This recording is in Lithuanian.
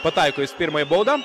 pataiko jis pirmąją baudą